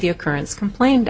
the occurrence complained